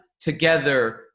together